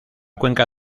cuenca